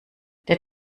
der